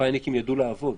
המפא"יניקים ידעו לעבוד.